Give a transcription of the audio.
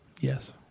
Yes